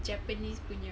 japanese punya